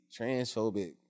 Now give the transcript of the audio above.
transphobic